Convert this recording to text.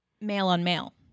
male-on-male